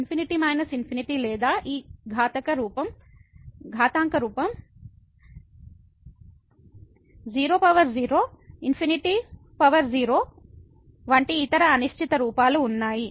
∞∞ లేదా ఈ ఘాతాంక రూపం 00 ∞0 పవర్ ఇన్ఫినిటీ వంటి ఇతర అనిశ్చిత రూపాలు ఉన్నాయి